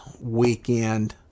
weekend